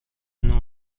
نوع